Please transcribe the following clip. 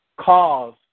cause